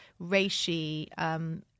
reishi